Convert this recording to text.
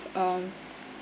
um